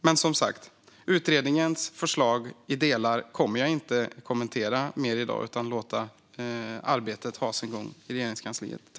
Men, som sagt, jag kommer inte att kommentera utredningens förslag i detalj mer i dag, utan jag kommer att låta arbetet ha sin gång i Regeringskansliet.